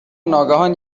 ناگهان